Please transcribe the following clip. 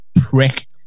prick